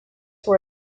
were